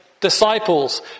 disciples